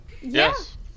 Yes